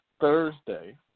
Thursday